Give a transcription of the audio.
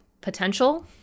potential